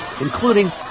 including